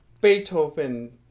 Beethoven